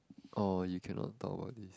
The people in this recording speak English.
oh you cannot talk about it